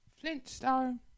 Flintstone